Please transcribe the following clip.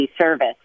service